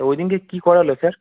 তো ওই দিনকে কী করালো স্যার